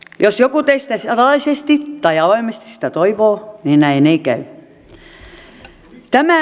jos joku teistä salaisesti tai avoimesti sitä toivoo niin näin ei käy